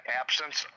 absence